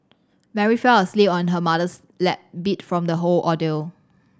Mary fell asleep on her mother's lap beat from the whole ordeal